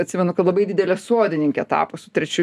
atsimenu kad labai didelė sodininkė tapo su trečiu